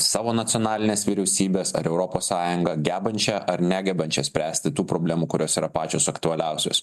savo nacionalinės vyriausybės ar europos sąjunga gebančią ar negebančią spręsti tų problemų kurios yra pačios aktualiausios